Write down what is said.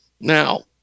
now